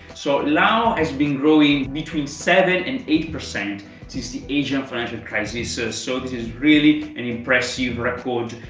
so lao has been growing between seven and eight percent since the asian financial crisis ah so this is really an impressive record.